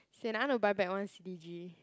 sian I want to buy back one c_g